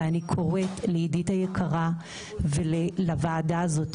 אני קוראת לעידית היקרה ולוועדה הזאת